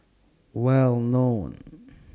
Well known